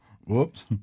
Whoops